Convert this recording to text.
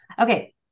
Okay